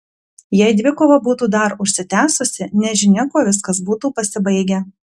jei dvikova būtų dar užsitęsusi nežinia kuo viskas būtų pasibaigę